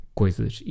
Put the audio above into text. coisas